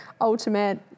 ultimate